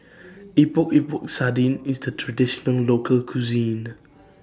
Epok Epok Sardin IS The Traditional Local Cuisine